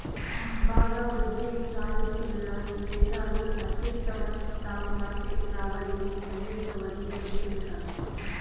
బాగా వృద్ధిని సాధిస్తున్న దేశాలు అత్యుత్తమ స్టాక్ మార్కెట్ రాబడిని అందించవని చెబుతుంటారు